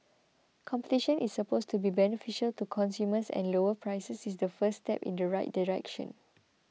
competition is supposed to be beneficial to consumers and lower prices is the first step in the right direction